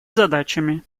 задачами